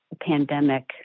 pandemic